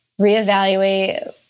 reevaluate